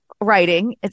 writing